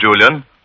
Julian